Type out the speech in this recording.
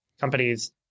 companies